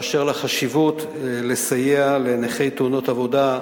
של החשיבות לסייע לנכי תאונות עבודה,